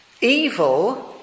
evil